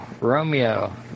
Romeo